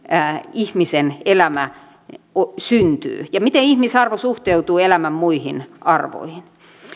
ihmisen elämä syntyy ja miten ihmisarvo suhteutuu elämän muihin arvoihin